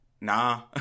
nah